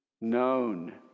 known